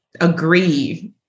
agree